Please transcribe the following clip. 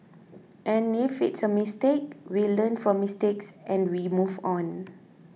and if it's a mistake we learn from mistakes and we move on